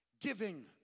giving